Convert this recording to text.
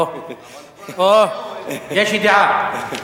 או, או: יש ידיעה.